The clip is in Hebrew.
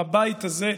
בבית הזה,